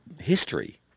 history